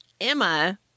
Emma